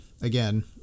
again